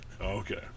Okay